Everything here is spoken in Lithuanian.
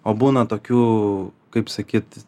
o būna tokių kaip sakyt